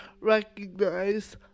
recognize